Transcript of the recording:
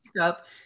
up